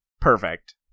Perfect